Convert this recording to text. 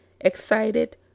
excited